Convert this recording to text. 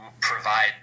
provide